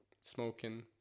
smoking